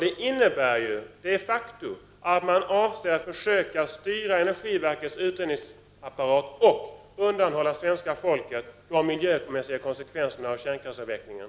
Detta innebär, de facto, att man avser att försöka styra energiverkets utredningsapparat och undanhålla svenska folket de miljömässiga konsekvenserna av kärnkraftsavvecklingen.